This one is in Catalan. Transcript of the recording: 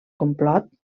complot